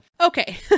okay